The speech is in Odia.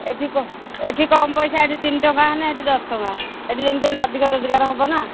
ଏଠି ଏଠି କମ ପଇସା ଏଠି ତିନି ଟଙ୍କା ହେଲେ ନା ଏଠି ଦଶ ଟଙ୍କା ଏଠି ଯେମିତି ହେଲେ ଅଧିକ ରୋଜଗାର ହେବ ନା